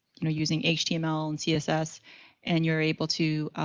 you know, using html and css and you're able to,